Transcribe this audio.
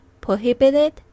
prohibited